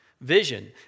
vision